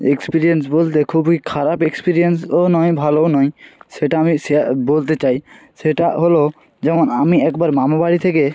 experience বলতে খুবই খারাপ এক্সপিরিয়েন্সও নয় ভালোও নয় সেটা আমি শেয়া বলতে চাই সেটা হলো যেমন আমি একবার মামা বাড়ি থেকে